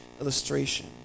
illustration